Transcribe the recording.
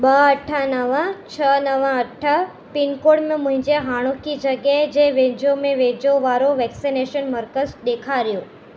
ॿ अठ नव छह नव अठ पिन कोड में मुंहिंजे हाणोकी जॻह जे वेझो में वेझो वारो वैक्सिनेशन मर्कज़ ॾेखारियो